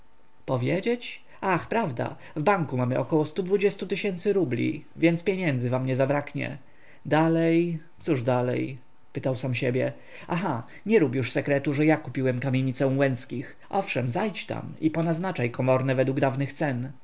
powiedzieć ach prawda w banku mamy około tysięcy rubli więc pieniędzy wam nie zabraknie dalej cóż dalej pytał sam siebie aha nie rób już sekretu że ja kupiłem kamienicę łęckich owszem zajdź tam i ponaznaczaj komorne według dawnych cen